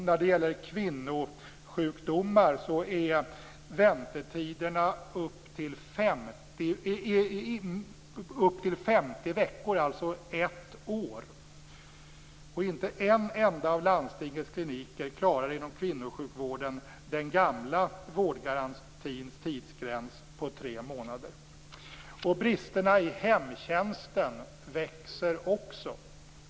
När det gäller kvinnosjukdomar är väntetiderna upp till 50 veckor, dvs. ett år. Inte en enda av landstingets kliniker inom kvinnosjukvården klarar den gamla vårdgarantins tidsgräns på tre månader. Bristerna i hemtjänsten växer också.